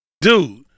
dude